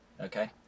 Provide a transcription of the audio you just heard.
Okay